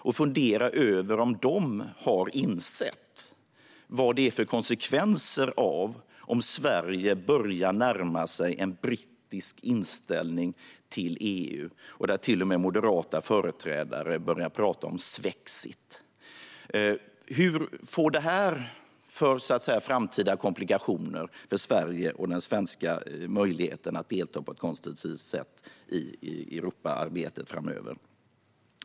Jag funderar över om de har insett vad konsekvenserna blir om Sverige börjar närma sig en brittisk inställning till EU, där till och med moderata företrädare börjar tala om svexit. Vad ger detta för komplikationer för Sverige och den svenska möjligheten att delta på ett konstruktivt sätt i Europaarbetet framöver?